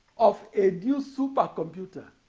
of a new supercomputer